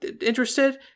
interested